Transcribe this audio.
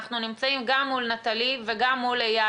אנחנו נמצאים גם מול נטלי וגם מול אייל,